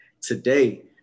Today